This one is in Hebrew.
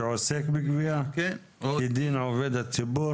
שעוסק בגבייה כדין עובד הציבור?